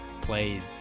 played